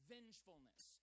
vengefulness